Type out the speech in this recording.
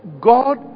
God